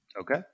Okay